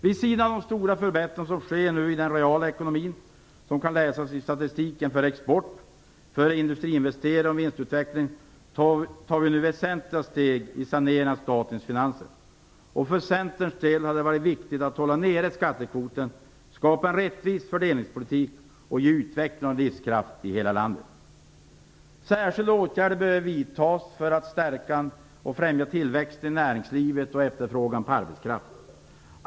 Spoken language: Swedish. Vid sidan av de stora förbättringar som nu sker i den reala ekonomin, vilka kan avläsas i statistiken för export och för industriinvesteringar och vinstutveckling tar vi nu väsentliga steg i saneringen av statens finanser. För Centerns del har det varit viktigt att hålla nere skattekvoten, skapa en rättvis fördelningspolitik och ge utveckling och livskraft i hela landet. Särskilda åtgärder behöver vidtas för att stärka och främja tillväxten i näringslivet och efterfrågan på arbetskraft.